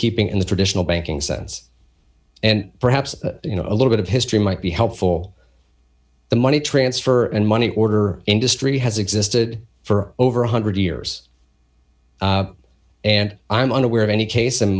keeping in the traditional banking sense and perhaps you know a little bit of history might be helpful the money transfer and money order industry has existed for over one hundred years and i'm unaware of any case